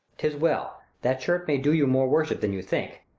tis well that shirt may do you more worship than you think.